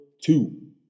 two